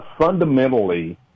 fundamentally